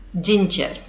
ginger